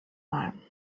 mal